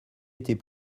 était